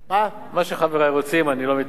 מה שחברי רוצים, אני לא מתנגד.